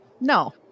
no